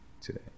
today